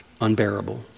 unbearable